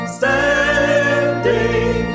standing